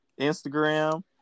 Instagram